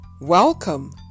Welcome